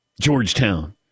Georgetown